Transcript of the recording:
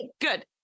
good